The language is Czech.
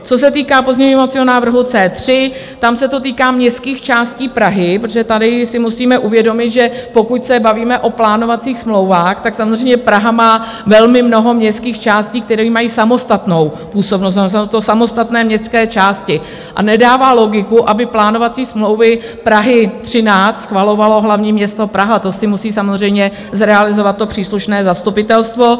Co se týká pozměňovacího návrhu C3, tam se to týká městských částí Prahy, protože tady si musíme uvědomit, že pokud se bavíme o plánovacích smlouvách, samozřejmě Praha má velmi mnoho městských částí, který mají samostatnou působnost, jsou to samostatné městské části, a nedává logiku, aby plánovací smlouvy Prahy 13 schvalovalo hlavní město Praha to si musí samozřejmě zrealizovat to příslušné zastupitelstvo.